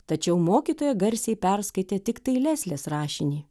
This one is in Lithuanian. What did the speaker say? tačiau mokytoja garsiai perskaitė tiktai leslės rašinį